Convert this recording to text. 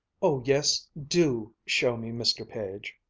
oh yes, do show me, mr. page.